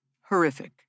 horrific